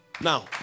Now